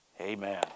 Amen